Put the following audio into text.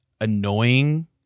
annoying